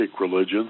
religions